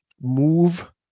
move